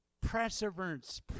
perseverance